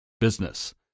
business